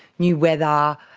new weather.